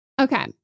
Okay